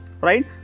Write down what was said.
right